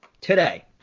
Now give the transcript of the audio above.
today